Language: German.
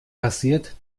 passiert